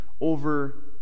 over